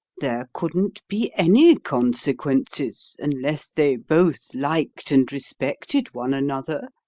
there couldn't be any consequences, unless they both liked and respected one another,